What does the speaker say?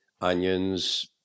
onions